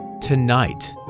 Tonight